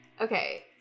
Okay